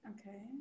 okay